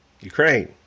Ukraine